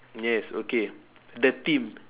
yes okay the theme